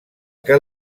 que